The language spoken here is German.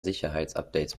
sicherheitsupdates